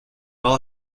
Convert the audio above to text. all